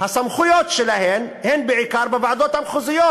הסמכויות שלהן הן בעיקר בוועדות המחוזיות.